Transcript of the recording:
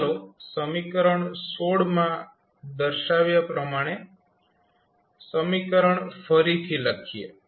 ચાલો સમીકરણ માં દર્શાવ્યા પ્રમાણે સમીકરણ ફરીથી લખીએ